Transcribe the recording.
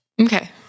Okay